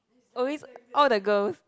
always all the girls